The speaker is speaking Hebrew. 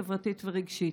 חברתית ורגשית.